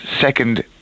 second